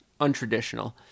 untraditional